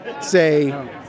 say